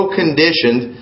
conditioned